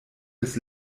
des